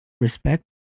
respect